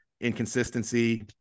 inconsistency